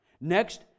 Next